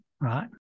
right